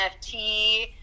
NFT